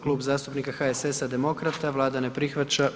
Klub zastupnika HSS-a i demokrata, Vlada ne prihvaća.